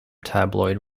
tabloid